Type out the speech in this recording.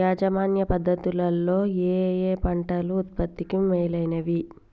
యాజమాన్య పద్ధతు లలో ఏయే పంటలు ఉత్పత్తికి మేలైనవి?